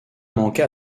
manqua